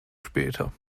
später